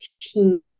team